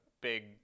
big